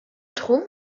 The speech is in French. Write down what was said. trouve